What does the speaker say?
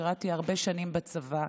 אני שירתי הרבה שנים בצבא,